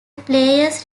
players